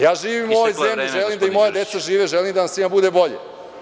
Ja živim u ovoj zemlji, želim da i moja deca žive i želim da nam svima bude bolje.